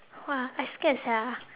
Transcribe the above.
!wah! I scared sia